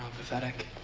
pathetic.